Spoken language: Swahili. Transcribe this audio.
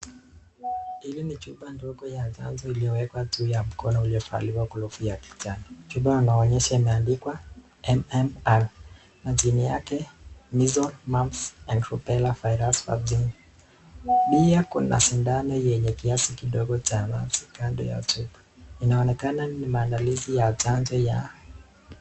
Hili ni chupa ndogo ya chanjo iliyowekwa juu ya mkono uliovaliwa glovu ya kijani. Chupa inaonyesha imeandikwa MMR na chini yake Measles, Mumps and Rubella virus vaccine pia kuna sindano nyenye kiasi kidogo cha vaccine kando ya chupa. Inaonekana ni maandalizi ya chanjo ya...